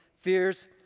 Fears